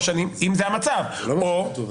שנים" אם זה המצב --- זה לא מה שכתוב,